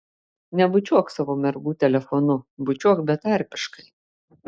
nebučiuok savo mergų telefonu bučiuok betarpiškai